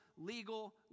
legal